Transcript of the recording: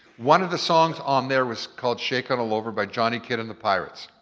one of the songs on there was called shaken all over by jonny kid and the pirates.